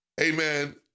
amen